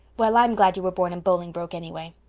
well, i'm glad you were born in bolingbroke anyway.